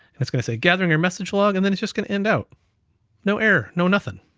and it's gonna say gathering your message log, and then it's just gonna end out no error, no nothing,